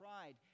pride